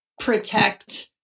protect